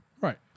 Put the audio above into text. Right